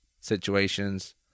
situations